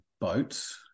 boats